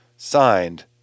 signed